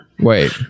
wait